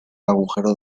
agujero